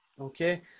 Okay